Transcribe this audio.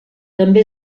també